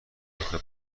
آخه